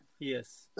Yes